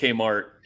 Kmart